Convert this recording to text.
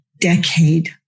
decade